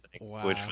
Wow